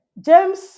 James